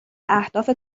اهداف